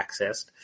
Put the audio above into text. accessed